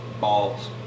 balls